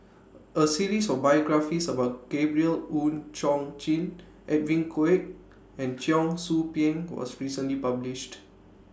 A series of biographies about Gabriel Oon Chong Jin Edwin Koek and Cheong Soo Pieng was recently published